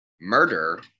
murder